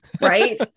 Right